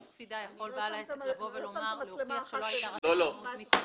באחריות קפידה יכול בעל העסק לבוא ולהוכיח שלא הייתה רשלנות.